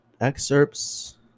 excerpts